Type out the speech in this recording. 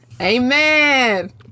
Amen